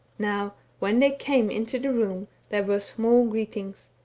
now when they came into the room, there were smau greetings.